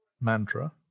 mantra